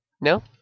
No